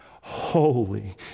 holy